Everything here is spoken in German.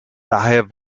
daher